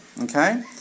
Okay